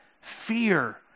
fear